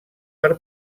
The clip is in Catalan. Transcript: per